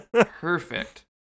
Perfect